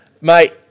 mate